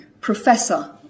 Professor